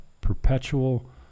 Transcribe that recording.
perpetual